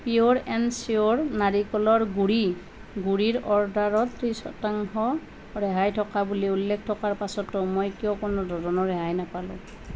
পিয়'ৰ and চিয়'ৰ নাৰিকলৰ গুড়ি গুড়িৰ অৰ্ডাৰত ত্ৰিছ শতাংশ ৰেহাই থকা বুলি উল্লেখ থকাৰ পাছতো মই কিয় কোনোধৰণৰ ৰেহাই নাপালোঁ